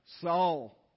Saul